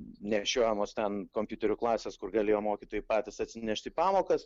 nešiojamos ten kompiuterių klasės kur galėjo mokytojai patys atsinešt į pamokas